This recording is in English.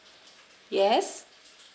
yes